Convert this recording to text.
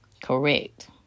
Correct